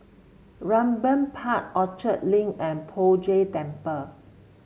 Raeburn Park Orchard Link and Poh Jay Temple